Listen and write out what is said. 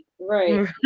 Right